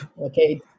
okay